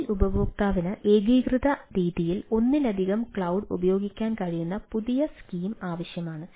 mobile ഉപയോക്താവിന് ഏകീകൃത രീതിയിൽ ഒന്നിലധികം ക്ലൌഡ് ഉപയോഗിക്കാൻ കഴിയുന്ന പുതിയ സ്കീം ആവശ്യമാണ്